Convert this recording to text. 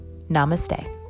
Namaste